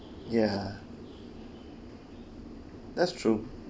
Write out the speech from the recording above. ya that's true